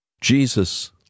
Jesus